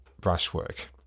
brushwork